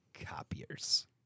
copiers